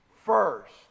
first